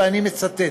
ואני מצטט: